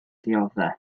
dioddef